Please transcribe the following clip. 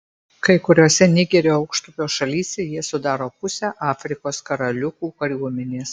kai kuriose nigerio aukštupio šalyse jie sudaro pusę afrikos karaliukų kariuomenės